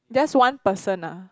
just one person ah